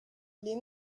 les